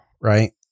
right